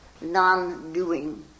non-doing